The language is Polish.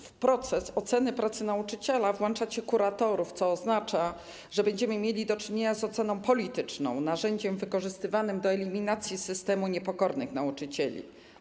W proces oceny pracy nauczyciela włączacie kuratorów, co oznacza, że będziemy mieli do czynienia z oceną polityczną, z narzędziem wykorzystywanym do eliminacji z systemu niepokornych nauczycieli.